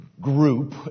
group